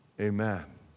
Amen